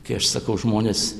kai aš sakau žmonės